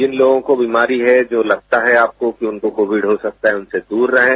जिन लोगों को बीमारी है जो लगता है कि आपको कि उनको कोविड हो सकता है उनसे दूर रहें